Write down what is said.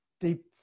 deep